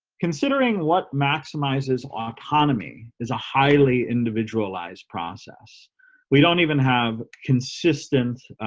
considering what maximizes autonomy is a highly individualized process we don't even have consistent